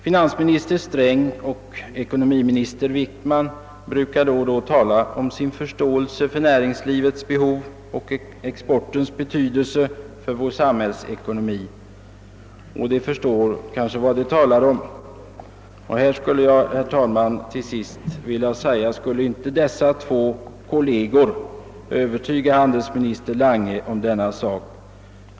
Finansminister Sträng och ekonomiminister Wickman brukar då och då tala om sin förståelse för näringslivets behov och om exportens betydelse för vår samhällsekonomi. De förstår kanske vad de talar om. Skulle de då inte kunna övertyga sin kollega handelsminister Lange om dessa frågors vikt?